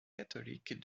catholique